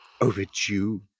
overdue